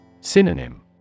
Synonym